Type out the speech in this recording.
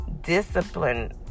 discipline